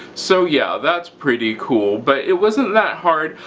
so yeah that's pretty cool, but it wasn't that hard.